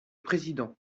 président